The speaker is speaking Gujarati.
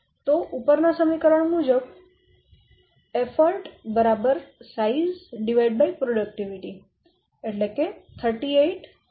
તો ઉપર ના સમીકરણ મુજબ અંદાજ સાઈઝ ઉત્પાદકતા 38 0